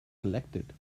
collected